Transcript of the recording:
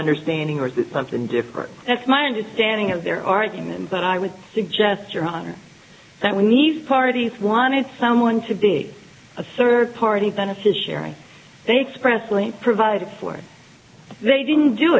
understanding or is this something different that's my understanding of their argument but i would suggest your honor that we need parties wanted someone to be a third party beneficiary they express link provided for they didn't do